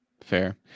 Fair